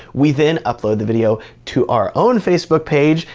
we then upload the video to our own facebook page.